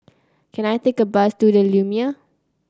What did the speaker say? can I take a bus to the Lumiere